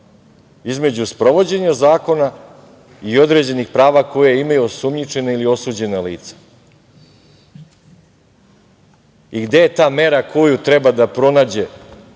između sprovođenja zakona i određenih prava koja imaju osumnjičena ili osuđena lica. I gde je ta mera koju treba da pronađu,